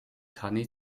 tanne